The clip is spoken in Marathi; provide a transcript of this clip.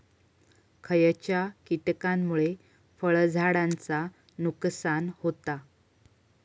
खयच्या किटकांमुळे फळझाडांचा नुकसान होता?